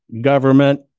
government